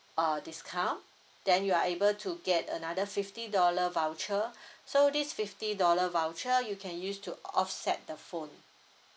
uh discount then you are able to get another fifty dollar voucher so this fifty dollar voucher you can use to o~ offset the phone